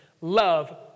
love